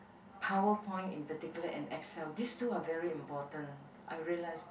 PowerPoint in particular and Excel these two are very important I realised